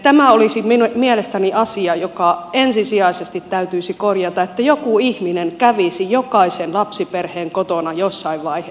tämä olisi mielestäni asia joka ensisijaisesti täytyisi korjata että joku ihminen kävisi jokaisen lapsiperheen kotona jossain vaiheessa